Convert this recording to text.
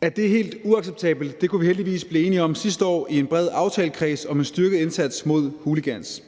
At det er helt uacceptabelt, kunne vi heldigvis blive enige om sidste år i en bred aftalekreds om en styrket indsats mod hooligans.